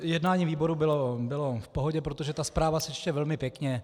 Jednání výboru bylo v pohodě, protože ta zpráva se čte velmi pěkně.